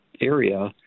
area